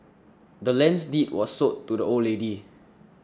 the land's deed was sold to the old lady